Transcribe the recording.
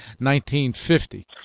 1950